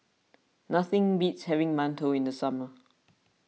nothing beats having Mantou in the summer